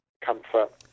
comfort